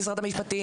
עם משרד המשפטים,